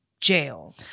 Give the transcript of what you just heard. jail